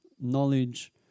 knowledge